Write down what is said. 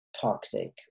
toxic